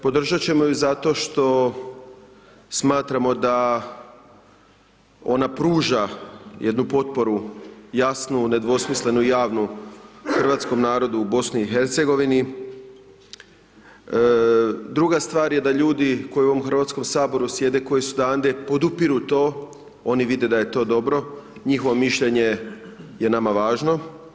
Podržati ćemo ju zato što smatramo da ona pruža jednu potporu, jasnu nedvosmislenu javnu hrvatskom narodu u BIH, druga stvar je da ljudi koji u ovom Hrvatskom saboru sjede, koji su odande, podupiru to, oni vide da je to dobro, njihovo mišljenje je nama važno.